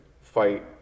fight